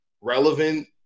relevant